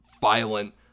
violent